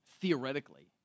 theoretically